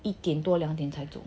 一点多两点才走